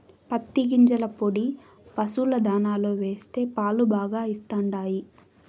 పత్తి గింజల పొడి పశుల దాణాలో వేస్తే పాలు బాగా ఇస్తండాయి